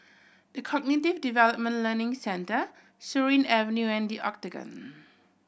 The Cognitive Development Learning Centre Surin Avenue and The Octagon